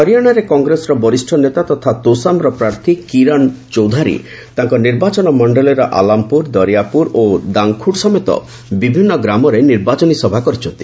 ହରିଆଣାରେ କଂଗ୍ରେସର ବରିଷ୍ଠ ନେତା ତଥା ତୋଷାମ୍ର ପ୍ରାର୍ଥୀ କିରଣ ଚୌଧାରୀ ତାଙ୍କ ନିର୍ବାଚନ ମଣ୍ଡଳୀର ଆଲାମ୍ପୁର ଦରିଆପୁର ଓ ଦାଙ୍ଗଖୁଡ୍ ସମେତ ବିଭିନ୍ନ ଗାଁରେ ନିର୍ବାଚନୀ ସଭା କରିଛନ୍ତି